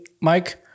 Mike